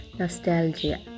nostalgia